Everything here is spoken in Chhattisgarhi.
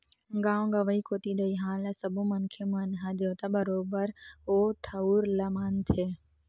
गाँव गंवई कोती दईहान ल सब्बो मनखे मन ह देवता बरोबर ओ ठउर ल मानथे